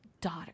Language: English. daughter